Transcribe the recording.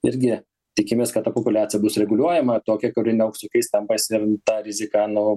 irgi tikimės kad ta populiacija bus reguliuojama tokia kuri neuags jokais tampais ir ta rizika nu